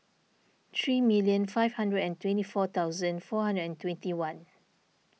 three million five hundred and twenty four thousand four hundred and twenty one